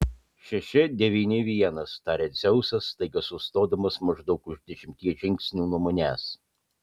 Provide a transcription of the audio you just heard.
šeši devyni vienas taria dzeusas staiga sustodamas maždaug už dešimties žingsnių nuo manęs